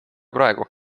praegu